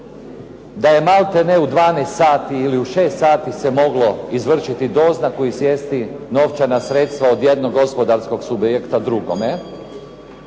da je maltene u 12 sati ili u 6 sati se moglo izvršiti doznaku i sjesti novčana sredstva od jednog gospodarskog subjekta drugome,